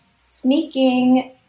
sneaking